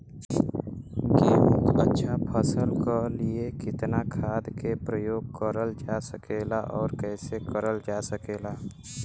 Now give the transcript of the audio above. गेहूँक अच्छा फसल क लिए कितना खाद के प्रयोग करल जा सकेला और कैसे करल जा सकेला?